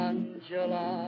Angela